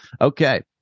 Okay